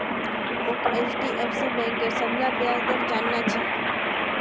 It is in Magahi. मोक एचडीएफसी बैंकेर सबला ब्याज दर जानना छ